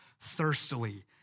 thirstily